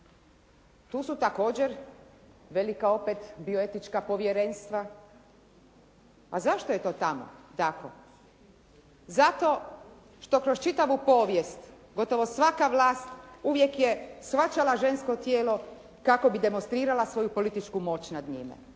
Tu su također velika opet bioetička povjerenstva. A zašto je to tako? Zato što kroz čitavu povijest gotovo svaka vlast uvijek je shvaćala žensko tijelo kako bi demonstrirala svoju političku moć nad njime.